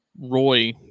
Roy